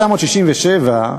ב-1967,